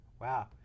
Wow